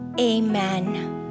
Amen